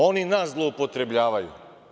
Oni nas zloupotrebljavaju.